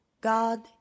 God